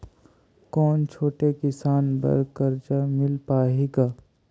कौन छोटे किसान बर कर्जा मिल पाही ग?